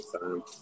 time